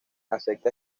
acepta